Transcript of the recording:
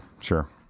Sure